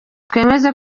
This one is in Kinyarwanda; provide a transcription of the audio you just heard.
twemeza